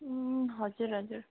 उम् हजुर हजुर